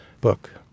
book